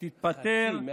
תתפטר,